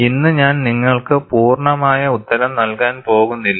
ഇന്ന് ഞാൻ നിങ്ങൾക്ക് പൂർണ്ണമായ ഉത്തരം നൽകാൻ പോകുന്നില്ല